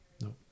No